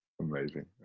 Amazing